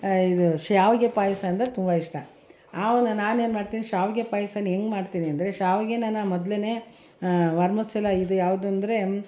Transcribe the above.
ಇದು ಶಾವಿಗೆ ಪಾಯಸ ಅಂದರೆ ತುಂಬ ಇಷ್ಟ ಆವಾಗ ನಾನೇನು ಮಾಡ್ತೀನಿ ಶಾವಿಗೆ ಪಾಯಸನ ಹೆಂಗೆ ಮಾಡ್ತೀನಿ ಅಂದರೆ ಶಾವಿಗೆನ ನಾನು ಮೊದಲೇನೇ ವರ್ಮಸೆಲ್ಲ ಇದು ಯಾವುದು ಅಂದರೆ